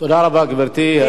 תודה רבה, גברתי.